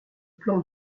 plan